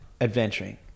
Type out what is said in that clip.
adventuring